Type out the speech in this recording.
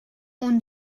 اون